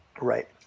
Right